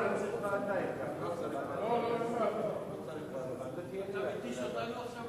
הנושאים בסדר-היום של הכנסת